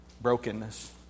Brokenness